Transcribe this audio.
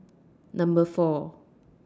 Number four